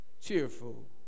cheerful